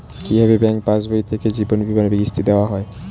কি ভাবে ব্যাঙ্ক পাশবই থেকে জীবনবীমার কিস্তি দেওয়া হয়?